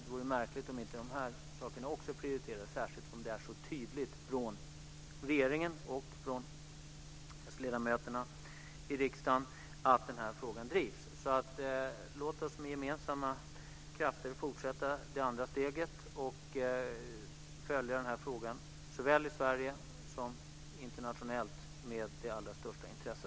Det vore märkligt om inte de här sakerna också prioriterades, särskilt som det är så tydligt från regeringen och från sledamöterna i riksdagen att den här frågan drivs. Låt oss med gemensamma krafter fortsätta det andra steget och följa den här frågan såväl i Sverige som internationellt med det allra största intresse.